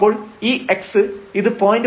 അപ്പോൾ ഈ x ഇത് 0